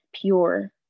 pure